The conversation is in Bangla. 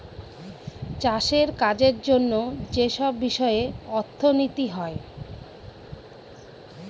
চাষের কাজের জন্য যেসব বিষয়ে অর্থনীতি হয়